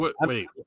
Wait